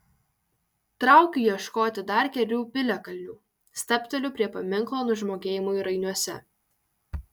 traukiu ieškoti dar kelių piliakalnių stabteliu prie paminklo nužmogėjimui rainiuose